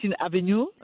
Avenue